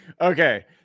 Okay